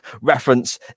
Reference